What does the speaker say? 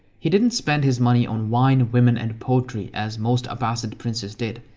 he didn't spend his money on wine, women and poetry as most abbasid princes did.